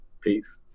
Peace